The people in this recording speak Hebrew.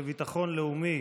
לביטחון לאומי